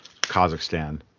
Kazakhstan